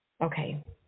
Okay